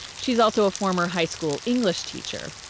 she's also a former high school english teacher.